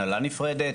הנהלה נפרדת,